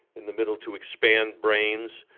in the middle, to expand brains.